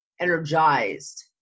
energized